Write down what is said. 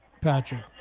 Patrick